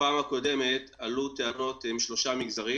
בפעם הקודמת עלו טענות משלושה מגזרים